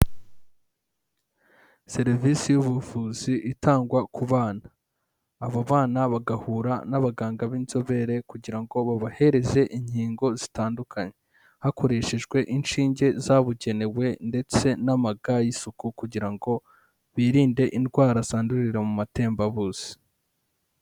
Serivisi y'ubuvuzi itangwa ku bana, abo bana bagahura n'abaganga b'inzobere kugira ngo babahereze inkingo zitandukanye, hakoreshejwe inshinge zabugenewe, ndetse n'amaga y'isuku, kugira ngo birinde indwara zandurira mu matembabuzi.